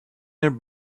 their